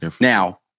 Now